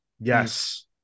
yes